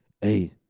Hey